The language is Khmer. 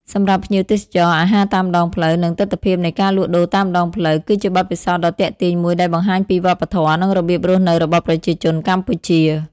សម្រាប់ភ្ញៀវទេសចរ អាហារតាមដងផ្លូវ និងទិដ្ឋភាពនៃការលក់ដូរតាមដងផ្លូវ គឺជាបទពិសោធន៍ដ៏ទាក់ទាញមួយដែលបង្ហាញពីវប្បធម៌ និងរបៀបរស់នៅរបស់ប្រជាជនកម្ពុជា ។